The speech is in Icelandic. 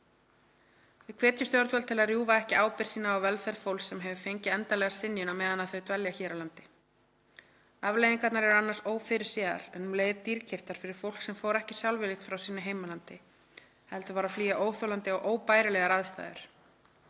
Við hvetjum stjórnvöld til að rjúfa ekki ábyrgð sína á velferð fólks sem hefur fengið endanlega synjun meðan þau dvelja enn hér á landi. Afleiðingarnar eru annars ófyrirséðar, en um leið dýrkeyptar fyrir fólk sem fór ekki sjálfviljugt frá sínu heimalandi, heldur var að flýja óþolandi og óbærilegar aðstæður.